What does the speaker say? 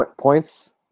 points